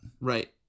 Right